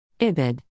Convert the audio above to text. Ibid